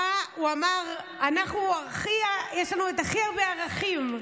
שאמר: יש לנו הכי הרבה ערכים.